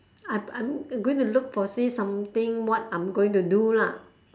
I I'm going to look foresee something what I'm going to do lah